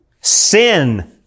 Sin